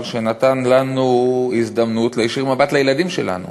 שנתן לנו הזדמנות להישיר מבט לילדים שלנו